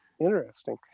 Interesting